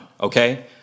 okay